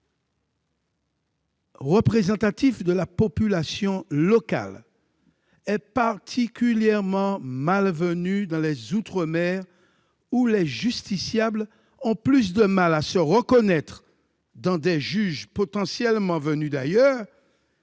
représentatifs de la population locale, est particulièrement malvenue dans les outre-mer, où les justiciables ont plus de mal à se reconnaître dans des juges potentiellement venus d'ailleurs